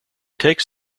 takes